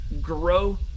grow